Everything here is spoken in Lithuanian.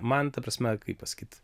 man ta prasme kaip pasakyt